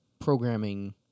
programming